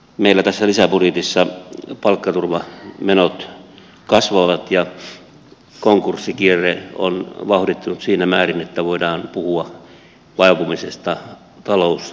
meillä tässä lisäbudjetissa palkkaturvamenot kasvavat ja konkurssikierre on vauhdittunut siinä määrin että voidaan puhua vaipumisesta talouslamaan